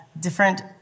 different